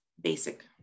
basic